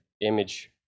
image